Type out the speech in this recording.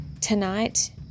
tonight